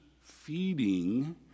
feeding